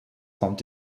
kommt